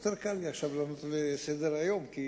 יותר קל עכשיו לענות על ההצעה לסדר-היום, כי